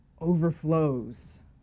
overflows